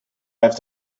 have